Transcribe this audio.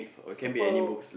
super